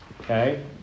Okay